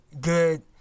good